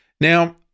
Now